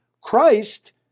Christ